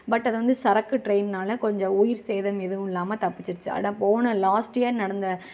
but அதை வந்து சரக்கு ட்ரெயின்னால கொஞ்சம் உயிர் சேதம் எதுவும் இல்லாமல் தப்பிச்சிருச்சு அட போன லாஸ்ட் இயர் நடந்த